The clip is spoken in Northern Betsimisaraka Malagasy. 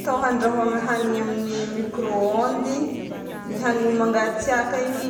atao andrahoina hanigny amin'ny micro ondes: ny hanigny mangatsiaka igny